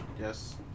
Yes